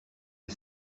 est